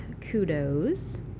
kudos